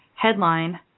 Headline